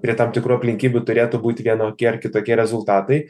prie tam tikrų aplinkybių turėtų būt vienokie ar kitokie rezultatai